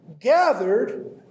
gathered